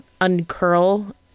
uncurl